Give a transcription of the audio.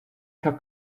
her